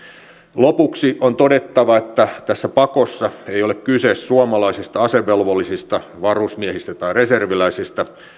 lopuksi on todettava että tässä pakossa ei ole kyse suomalaisista asevelvollisista varusmiehistä tai reserviläisistä